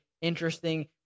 interesting